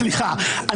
סליחה,